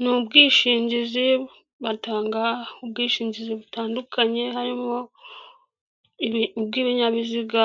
Ni ubwishingizi batanga ubwishingizi butandukanye harimo ubw'ibinyabiziga,